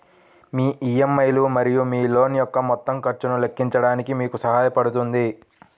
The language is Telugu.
మీ ఇ.ఎం.ఐ లు మరియు మీ లోన్ యొక్క మొత్తం ఖర్చును లెక్కించడానికి మీకు సహాయపడుతుంది